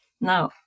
Now